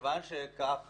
מכיוון שכך